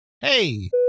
hey